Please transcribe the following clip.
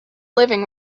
living